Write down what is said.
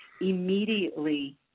immediately